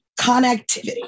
connectivity